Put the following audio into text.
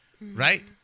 right